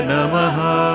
Namaha